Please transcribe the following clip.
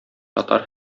татар